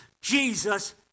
Jesus